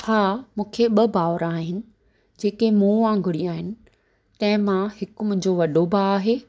हां मूंखे ॿ भाउर आहिनि जेके मूं वांगुर ई आहिनि तंहिं मां हिकु मुंहिंजो वॾो भाउ आहे